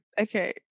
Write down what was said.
okay